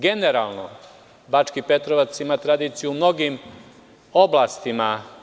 Generalno Bački Petrovac ima tradiciju u mnogim oblastima.